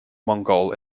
mongol